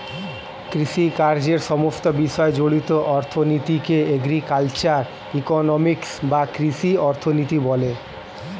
কৃষিকাজের সমস্ত বিষয় জড়িত অর্থনীতিকে এগ্রিকালচারাল ইকোনমিক্স বা কৃষি অর্থনীতি বলে